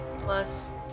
plus